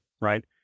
right